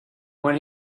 when